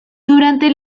durante